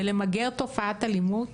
בלמגר תופעת אלימות,